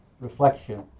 reflection